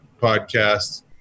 podcast